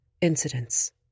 incidents